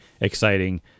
exciting